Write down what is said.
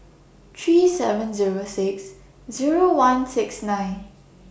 three seven Zero six Zero one six nine